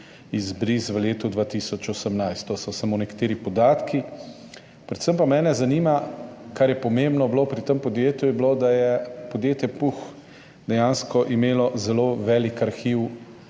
v letu 2018. To so samo nekateri podatki. Predvsem pa me zanima, kar je bilo pomembno pri tem podjetju, je bilo to, da je podjetje Puh dejansko imelo zelo velik arhiv